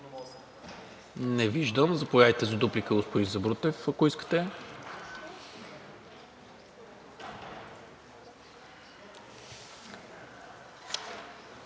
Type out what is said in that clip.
Не виждам. Заповядайте за дуплика, господин Сабрутев, ако искате.